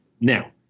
Now